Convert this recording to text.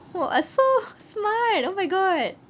!wah! so smart oh my god